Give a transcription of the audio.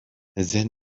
then